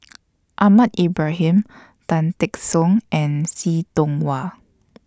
Ahmad Ibrahim Tan Teck Soon and See Tiong Wah